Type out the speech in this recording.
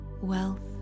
Wealth